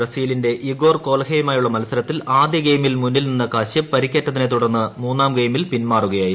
ബ്രസീലിറ്റുന്റ Igor കോൽഹയുമായുള്ള മത്സരത്തിൽ ആദ്യ ക്ക്യിമിൽ മുന്നിൽ നിന്ന കശ്യപ് പരിക്കേറ്റതിനെ തുടർന്ന് മൂന്നാം ഗെയിമിൽ പിൻമാറുകയായിരുന്നു